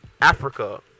Africa